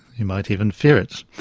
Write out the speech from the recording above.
you might even fear it.